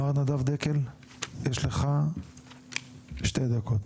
מר נדב דקל יש לך שלוש דקות.